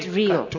real